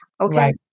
Okay